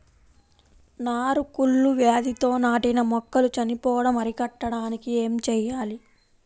నారు కుళ్ళు వ్యాధితో నాటిన మొక్కలు చనిపోవడం అరికట్టడానికి ఏమి చేయాలి?